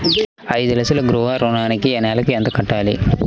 ఐదు లక్షల గృహ ఋణానికి నెలకి ఎంత కట్టాలి?